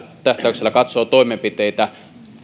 tähtäyksellä katsoo toimenpiteitä